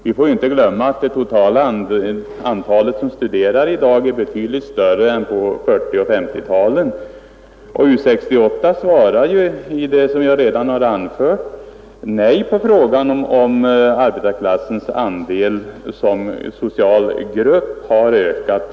Vi får inte glömma att det totala antalet studerande i dag är betydligt större än på 1940 och 1950-talen. U 68 svarar, som jag redan har anfört, nej på frågan om arbetarklassens andel som social grupp har ökat.